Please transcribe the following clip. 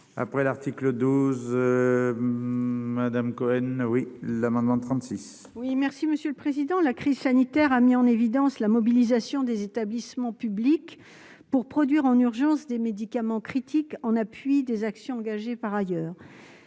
après l'article 12 Madame Cohen, oui, l'amendement 36. Oui, merci Monsieur le Président, la crise sanitaire, a mis en évidence la mobilisation des établissements publics pour produire en urgence des médicaments critique en appui des actions engagées par ailleurs